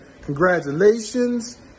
Congratulations